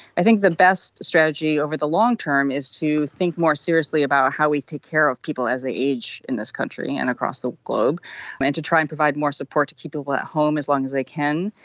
i think the best strategy over the long-term is to think more seriously about how we take care of people as they age in this country and across the globe and to try and to provide more support to keep people at home as long as they can,